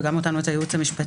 וגם אותנו את הייעוץ המשפטי,